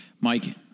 Mike